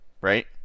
right